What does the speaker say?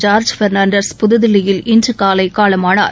George Fernandes புதுதில்லியில் இன்றுகாலைகாலமானார்